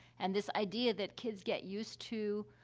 and this idea that kids get used to,